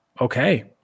okay